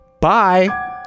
Bye